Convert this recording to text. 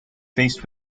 faced